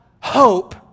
hope